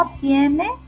tiene